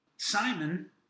Simon